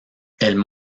elles